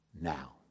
now